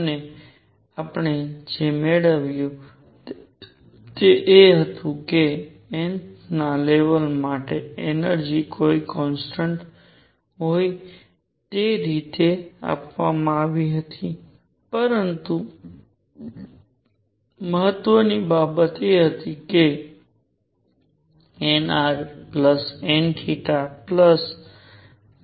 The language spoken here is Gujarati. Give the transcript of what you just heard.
અને આપણે જે મેળવ્યું તે એ હતું કે nth ના લેવલ માટેની એનર્જિ કોઈ કોન્સટન્ટ હોય તે રીતે આપવામાં આવી હતી પરંતુ મહત્ત્વની બાબત એ હતી કે nrnn છે